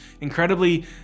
incredibly